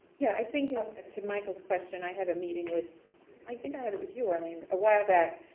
yeah, i think to michael's question, i had a meeting with i think i had it with you arlene a while aback.